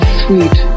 sweet